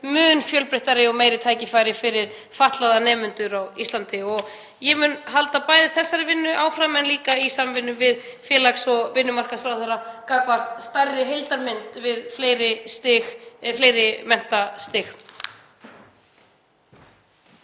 mun fjölbreyttari og meiri tækifæri fyrir fatlaða nemendur á Íslandi. Ég mun halda þessari vinnu áfram en líka í samvinnu við félags- og vinnumarkaðsráðherra varðandi stærri heildarmynd og fleiri menntastig.